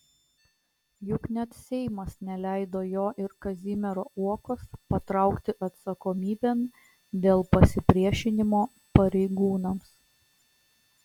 juk net seimas neleido jo ir kazimiero uokos patraukti atsakomybėn dėl pasipriešinimo pareigūnams